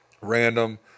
random